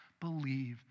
believe